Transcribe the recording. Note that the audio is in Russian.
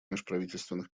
межправительственных